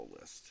list